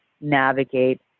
navigate